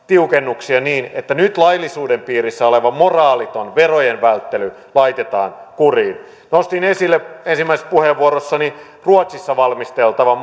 tiukennuksia niin että nyt laillisuuden piirissä oleva moraaliton verojen välttely laitetaan kuriin nostin ensimmäisessä puheenvuorossani esille ruotsissa valmisteltavan